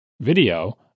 video